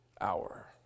hour